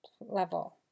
level